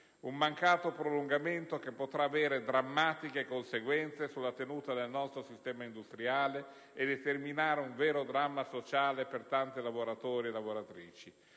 Un mancato prolungamento che potrà avere drammatiche conseguenze sulla tenuta del nostro sistema industriale e determinare un vero dramma sociale per tanti lavoratori e lavoratrici.